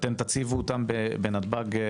אתם תציבו אותם בנתב"ג?